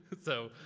so,